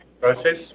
process